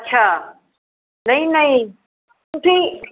ਅੱਛਾ ਨਹੀਂ ਨਹੀਂ ਤੁਸੀਂ